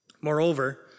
Moreover